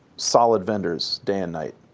solid vendors day and night.